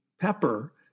Pepper